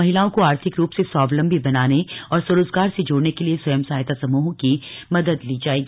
महिलाओ को आर्थिक रूप से स्वावलम्बी बनाने तथा स्वरोजगार से जोडने के लिए स्वयं सहायता समूहों की मदद ली जाएगी